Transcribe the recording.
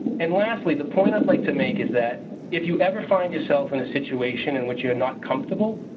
and lastly, the point i would like to make is that if you ever find yourself in a situation in which you're not comfortable,